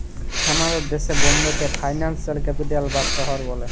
আমাদের দ্যাশে বম্বেকে ফিলালসিয়াল ক্যাপিটাল বা শহর ব্যলে